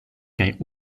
kaj